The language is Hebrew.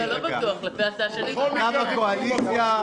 --- אתה בקואליציה.